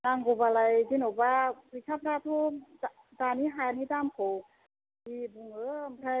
नांगौबालाय जेन'बा फैसाफ्राथ' दानि हानि दामखौ जि बुङो ओमफ्राय